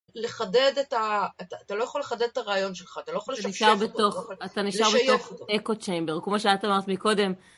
לחדד את ה.. אתה לא יכול לחדד את הרעיון שלך, אתה לא יכול לשפשף אותו. אתה נשאר בתוך אקו צ'יימבר, כמו שאת אמרת מקודם.